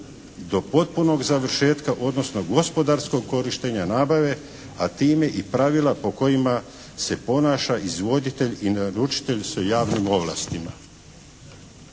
do potpunog završetka odnosno gospodarskog korištenja nabave, a time i pravila po kojima se ponaša izvoditelj i naručitelj s javnim ovlastima.